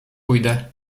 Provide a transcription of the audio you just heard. pójdę